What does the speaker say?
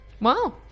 Wow